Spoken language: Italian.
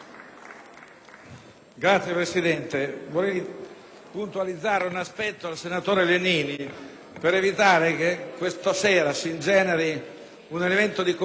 Signora Presidente, vorrei puntualizzare un aspetto al senatore Legnini per evitare che questa sera si ingeneri un elemento di confusione